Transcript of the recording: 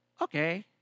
Okay